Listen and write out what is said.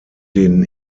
den